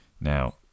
now